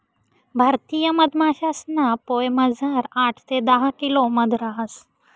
भारतीय मधमाशासना पोयामझार आठ ते दहा किलो मध रहास